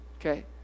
Okay